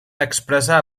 expressar